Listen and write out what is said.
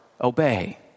obey